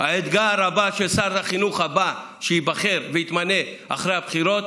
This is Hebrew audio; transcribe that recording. האתגר הבא של שר החינוך הבא שייבחר ויתמנה אחרי הבחירות